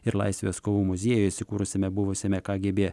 ir laisvės kovų muziejuj įsikūrusiame buvusiame kgb